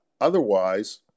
Otherwise